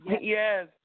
Yes